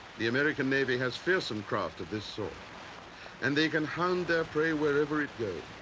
the american navy has fearsome craft of this sort and they can hound their prey wherever it goes.